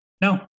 No